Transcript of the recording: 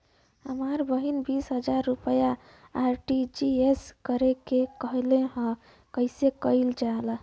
हमर बहिन बीस हजार रुपया आर.टी.जी.एस करे के कहली ह कईसे कईल जाला?